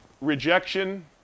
rejection